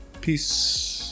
Peace